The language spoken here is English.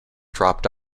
dropped